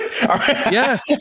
yes